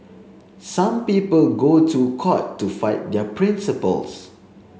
some people go to court to fight their principles